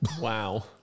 Wow